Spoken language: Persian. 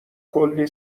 کلی